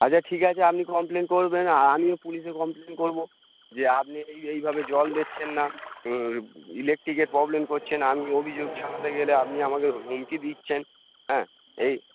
আচ্ছা ঠিক আছে আপনি কমপ্লেন করবেন আর আমিও পুলিশে কমপ্লেন করব যে আপনি এই এইভাবে জল দিচ্ছেন না ইলেকট্রিকের প্রবলেম করছেন আমি অভিযোগ জানাতে গেলে আপনি আমাকে হুমকি দিচ্ছেন হ্যাঁ এই